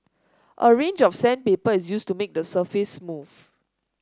a range of sandpaper is used to make the surface smooth